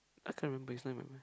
I can't remember is not in my mind